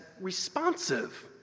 responsive